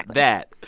that.